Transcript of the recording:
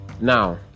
Now